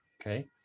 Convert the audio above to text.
Okay